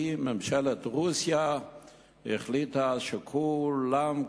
כי ממשלת רוסיה החליטה שכולם,